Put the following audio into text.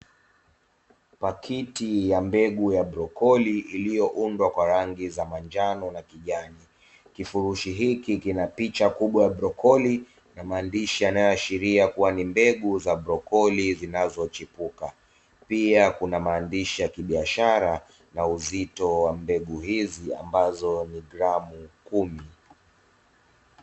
Paketi ya mbegu za blokori iliyoundwa kwa rangi za manjano na kijani, kifurushi hiki kina picha kubwa ya blokori na maandishi yanayoashiria kuwa ni mbegu za blokori zinazochipuka, pia kuna maandishi ya kibiashara na uzito wa mbegu hizi ambazo ni gramu kumi.